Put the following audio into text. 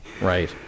Right